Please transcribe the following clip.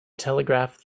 telegraph